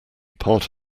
part